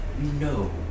no